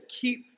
keep